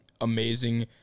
amazing